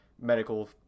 medical